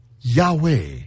Yahweh